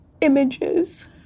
images